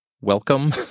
welcome